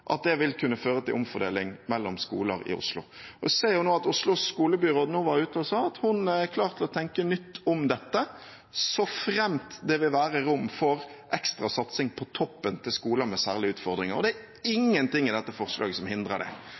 at det vil kunne føre til omfordeling mellom skoler i Oslo. Oslos skolebyråd var nå ute og sa at hun er klar for å tenke nytt om dette så framt det på toppen vil være rom for ekstra satsing til skoler med særlige utfordringer. Det er ingen ting i dette forslaget som hindrer det.